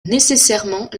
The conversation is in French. nécessairement